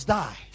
die